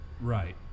Right